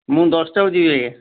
ମୁଁ ଦଶଟାରୁ ଯିବି ଆଜ୍ଞା